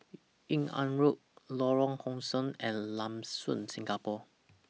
Yung An Road Lorong How Sun and Lam Soon Singapore